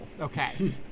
Okay